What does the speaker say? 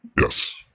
Yes